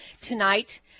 tonight